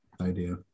idea